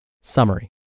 Summary